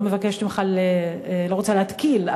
לא רוצה להתקיל,